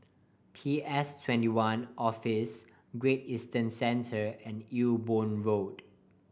P S Twenty one Office Great Eastern Centre and Ewe Boon Road